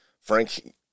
frank